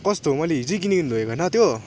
कस्तो मैले हिजै किनेर लगेको होइन त्यो